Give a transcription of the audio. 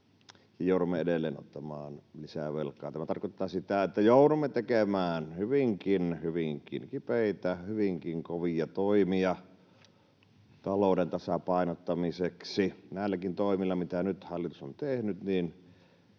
Joudumme edelleen ottamaan lisää velkaa. Tämä tarkoittaa sitä, että joudumme tekemään hyvinkin, hyvinkin kipeitä, hyvinkin kovia toimia talouden tasapainottamiseksi. Näilläkin toimilla, mitä nyt hallitus on tehnyt,